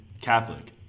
Catholic